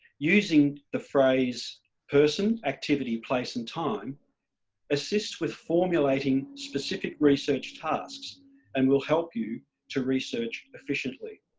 using the phrase person, activity, place and time' assists with formulating specific research tasks and will help you to research efficiently.